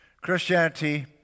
Christianity